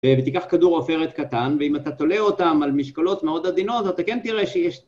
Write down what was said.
ותיקח כדור עופרת קטן, ואם אתה תולה אותם על משקולות מאוד עדינות, אתה כן תראה שיש...